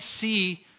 see